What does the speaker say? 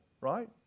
right